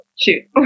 Shoot